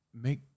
make